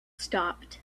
stopped